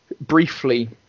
briefly